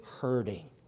hurting